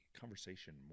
conversation